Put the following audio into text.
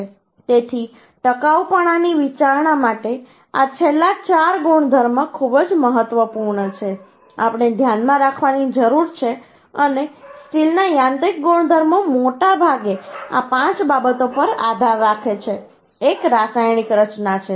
તેથી ટકાઉપણાની વિચારણા માટે આ છેલ્લા ચાર ગુણધર્મ ખૂબ જ મહત્વપૂર્ણ છે આપણે ધ્યાનમાં રાખવાની જરૂર છે અને સ્ટીલના યાંત્રિક ગુણધર્મો મોટાભાગે આ પાંચ બાબતો પર આધાર રાખે છે એક રાસાયણિક રચના છે